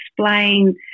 explain